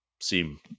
seem